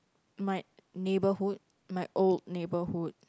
my neighbourhood my old neighbourhood